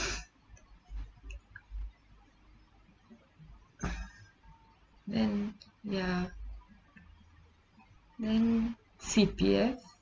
then ya then C_P_F